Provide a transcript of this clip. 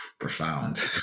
Profound